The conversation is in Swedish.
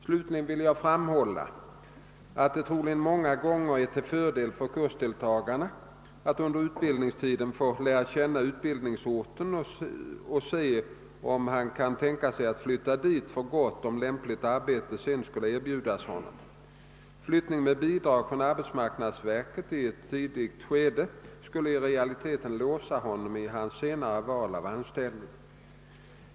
Slutligen vill jag framhålla att det troligen många gånger är till fördel för kursdeltagaren att under utbildningstiden få lära känna utbildningsorten och se, om han kan tänka sig att flytta dit för gott, om lämpligt arbete senare skulle kunna erbjudas honom. Flyttning med bidrag från arbetsmarknadsverket i ett tidigt skede skulle i realiteten låsa honom i hans senare val av anställning.